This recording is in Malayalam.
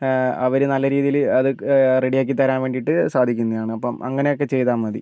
അവർ നല്ല രീതിയിൽ അത് റെഡിയാക്കി തരാൻ വേണ്ടിയിട്ട് സാധിക്കുന്നതാണ് അപ്പോൾ അങ്ങനെയൊക്കെ ചെയ്താൽ മതി